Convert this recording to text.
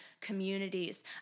communities